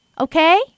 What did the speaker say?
Okay